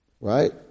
right